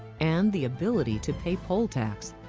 and the ability to pay poll tax.